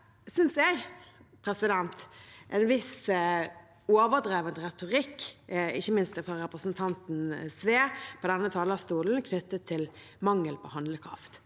synes jeg det er en viss overdreven retorikk, ikke minst fra representanten Sve, på denne talerstolen knyttet til mangel på handlekraft.